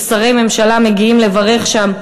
ושרי ממשלה מגיעים לברך שם,